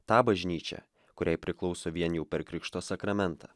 tą bažnyčią kuriai priklauso vien jau per krikšto sakramentą